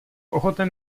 ochoten